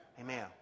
Amen